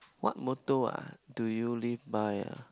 what motto ah do you live by ah